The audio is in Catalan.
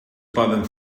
poden